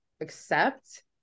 accept